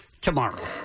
tomorrow